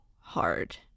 hard